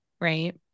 right